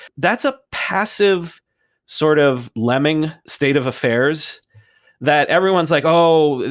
that's a passive sort of lemming state of affairs that everyone's like, oh,